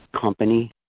company